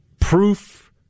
proof